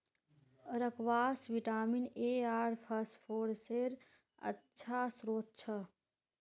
squash vitamin A आर फस्फोरसेर अच्छा श्रोत छ